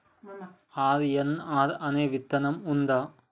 RNR అనే విత్తనం ఉందా?